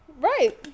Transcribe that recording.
Right